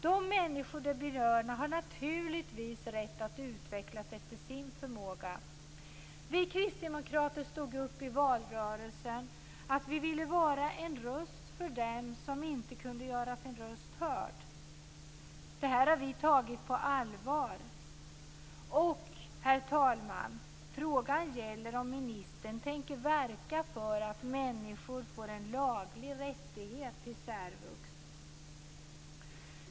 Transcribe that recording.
De berörda människorna har naturligtvis rätt att utvecklas efter sin förmåga. Vi kristdemokrater sade i valrörelsen att vi ville vara en röst för den som inte kunde göra sin röst hörd. Det har vi tagit på allvar. Och, herr talman, frågan är om ministern tänker verka för att människor får en laglig rätt till särvux.